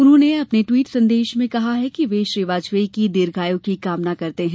उन्होंने अपने ट्विट संदेश में कहा है कि वे श्री वाजपेयी की दीर्घायू की कामना करते हैं